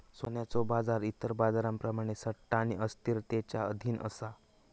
सोन्याचो बाजार इतर बाजारांप्रमाणेच सट्टा आणि अस्थिरतेच्यो अधीन असा